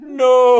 no